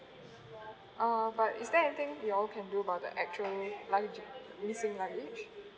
uh but is there anything you all can do about the actual lugg~ missing luggage